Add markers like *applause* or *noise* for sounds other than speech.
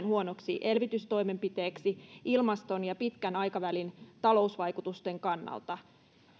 *unintelligible* huonoksi elvytystoimenpiteeksi ilmaston ja pitkän aikavälin talousvaikutusten kannalta